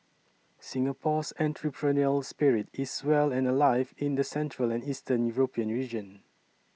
Singapore's entrepreneurial spirit is well and alive in the central and Eastern European region